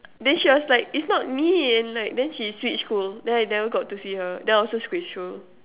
then she was like it's not me and like then she switched school then I never got to see her then I also switched school